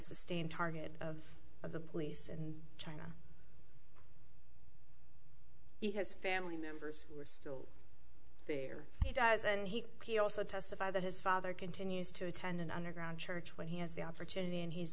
sustained targeted of of the police and child his family members who are still here he does and he also testify that his father continues to attend an underground church when he has the opportunity and he's